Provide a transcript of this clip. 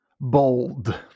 Bold